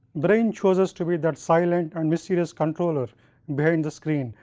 brain chooses to be that silent and mysterious controller behind the screen,